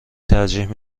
ترجیح